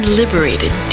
liberated